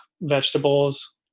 vegetables